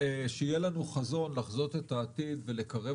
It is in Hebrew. שיהיה לנו חזון לחזות את העתיד ולקרב